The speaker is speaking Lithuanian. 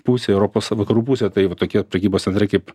pusę europos vakarų pusę tai va tokie prekybos centrai kaip